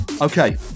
Okay